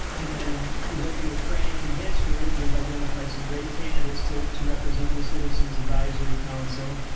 and then working with frank and his group, we've identified some great candidates to to represent the citizens advisory council.